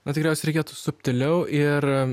na tikriausiai reikėtų subtiliau ir